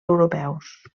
europeus